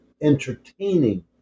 Entertaining